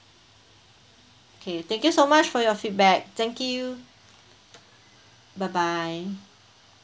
okay thank you so much for your feedback thank you bye bye